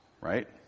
Right